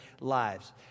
lives